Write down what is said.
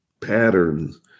patterns